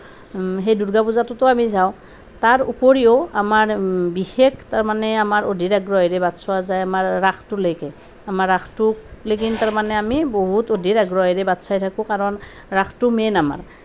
সেই দূৰ্গা পূজাটোতো আমি যাওঁ তাৰ উপৰিও আমাৰ বিশেষ তাৰমানে অধীৰ আগ্ৰহেৰে বাট চোৱা যায় আমাৰ ৰাসটোলৈকে আমাৰ ৰাসটোলৈকে মানে আমি বহুত অধীৰ আগ্ৰহেৰে বাট চাই থাকোঁ কাৰণ ৰাসটো মেইন আমাৰ